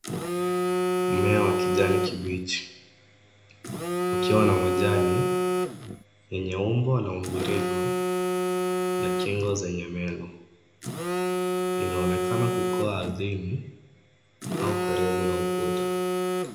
Mmea wa kijani kibichi ukiwa na manjani yenye umbo la mviringo na kingo zenye meno. Inaonekana kukuwa ardhini au karibu na ukuta.